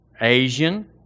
Asian